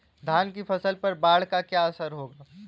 धान की फसल पर बाढ़ का क्या असर होगा?